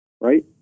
right